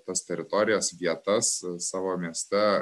tas teritorijas vietas savo mieste